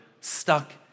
stuck